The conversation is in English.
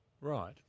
Right